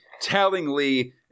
tellingly